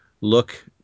look